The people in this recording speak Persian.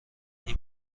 این